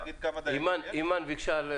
אימאן, בבקשה.